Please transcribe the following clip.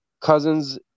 Cousins